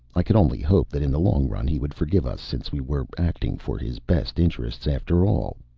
i could only hope that in the long run he would forgive us, since we were acting for his best interests, after all.